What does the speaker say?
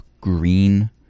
green